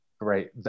right